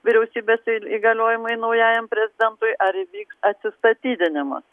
vyriausybės įgaliojimai naujajam prezidentui ar įvyks atsistatydinimas